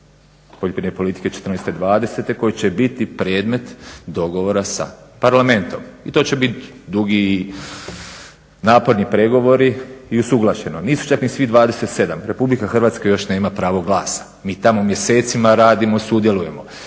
poljoprivredne politike 2014-2020 koji će biti predmet dogovora sa Parlamentom. I to će biti dugi i naporni pregovori i usuglašeno. Nisu čak ni svih 27, Republika Hrvatska još nema pravo glasa. Mi tamo mjesecima radimo i sudjelujemo.